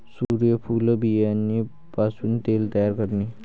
सूर्यफूल बियाणे पासून तेल तयार करणे